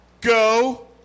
Go